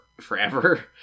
forever